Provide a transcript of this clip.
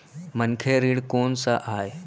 मनखे ऋण कोन स आय?